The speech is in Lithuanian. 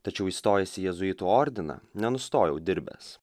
tačiau įstojęs į jėzuitų ordiną nenustojau dirbęs